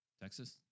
texas